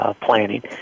planning